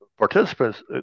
Participants